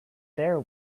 there